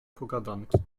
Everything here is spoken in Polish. pogadanki